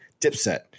Dipset